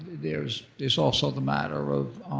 there is is also the matter of,